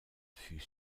fut